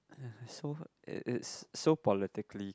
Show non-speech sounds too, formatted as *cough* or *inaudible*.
*noise* so it's so it's so politically